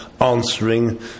answering